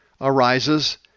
arises